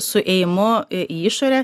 su ėjimu į išorę